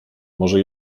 może